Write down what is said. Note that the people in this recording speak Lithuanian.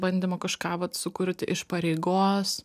bandymo kažką vat sukurti iš pareigos